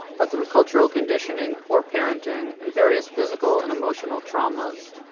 but through cultural conditioning, poor parenting, and various physical and emotional traumas,